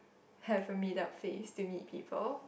have a meet up face to meet people